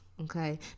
Okay